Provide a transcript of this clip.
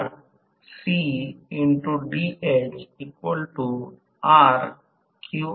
येथे मी आकृती 12 आकृती 13 आणि समीकरण 25 लिहिले आहे